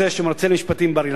שהוא מרצה למשפטים בבר-אילן,